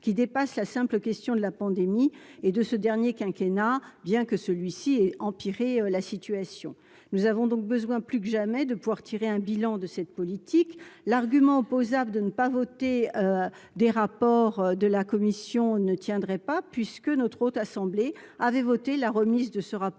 qui dépasse la simple question de la pandémie et de ce dernier quinquennat bien que celui-ci et empirer la situation, nous avons donc besoin plus que jamais de pouvoir tirer un bilan de cette politique, l'argument opposable de ne pas voter des rapports de la commission ne tiendrait pas puisque notre haute assemblée avait voté la remise de ce rapport